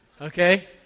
okay